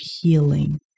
healing